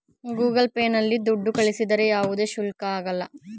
Google Pay ನಲ್ಲಿ ದುಡ್ಡು ಕಳಿಸಿದರೆ ಯಾವುದೇ ಶುಲ್ಕ ಹಾಕಲ್ಲ